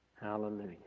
Hallelujah